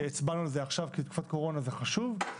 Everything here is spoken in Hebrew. שהצבענו על זה עכשיו בתקופת קורונה זה חשוב,